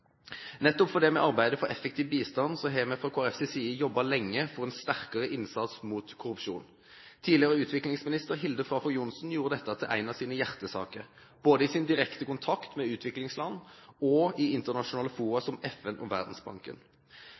Nettopp fordi vi arbeider for effektiv bistand, har vi fra Kristelig Folkepartis side jobbet lenge for en sterkere innsats mot korrupsjon. Tidligere utviklingsminister Hilde Frafjord Johnson gjorde dette til en av sine hjertesaker – både i sin direkte kontakt med utviklingsland og i internasjonale fora som FN og Verdensbanken.